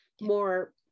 more